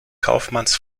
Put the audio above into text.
kaufmanns